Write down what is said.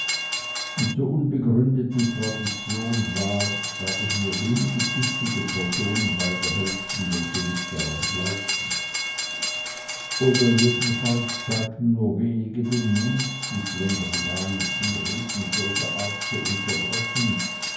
und so unbegründet die tradition war gab es nur wenige tüchtige personen beider hälften welche nicht daran glaubten oder jedenfalls zeigten nur wenige den mut die schlendrianischen reden solcher art zu unterbrechen